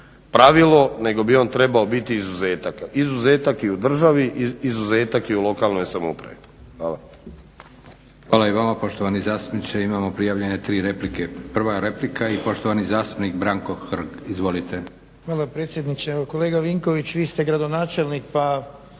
pravilo, nego bi on trebao biti izuzetak, izuzetak i u državi, izuzetak i u lokalnoj samoupravi. Hvala. **Leko, Josip (SDP)** Hvala i vama poštovani zastupniče. Imamo prijavljene tri replike. Prva replika i poštovani zastupnik Branko Hrg. Izvolite. **Hrg, Branko (HSS)** Hvala predsjedniče. Kolega Vinković, vi ste gradonačelnik pa